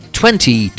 twenty